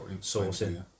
sourcing